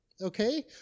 okay